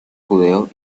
judeo